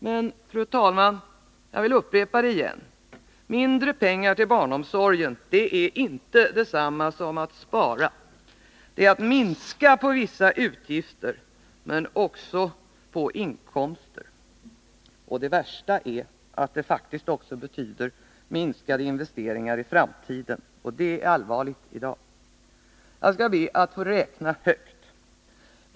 Men, fru talman, jag vill upprepa det igen: mindre pengar till barnomsorgen är inte detsamma som att spara. Det är att minska på vissa utgifter, men också på inkomster. Det värsta är att det faktiskt också betyder minskade investeringar för framtiden. Och det är allvarligt i dagens läge. Jag skall be att få räkna högt.